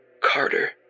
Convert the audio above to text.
Carter